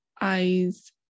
eyes